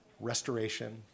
restoration